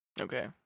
Okay